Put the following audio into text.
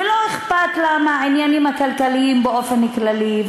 לא אכפת לה מהעניינים הכלכליים באופן כללי,